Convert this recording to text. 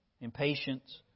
impatience